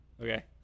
Okay